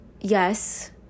yes